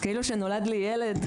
כאילו שנולד לי ילד.